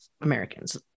Americans